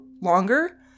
longer